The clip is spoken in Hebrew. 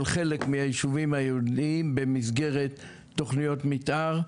חלק מהיישובים היהודיים במסגרת תוכניות מתאר,